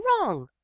wrong